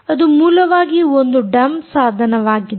ಇದು ಮೂಲವಾಗಿ ಒಂದು ಡಂಪ್ ಸಾಧನವಾಗಿದೆ